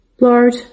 Lord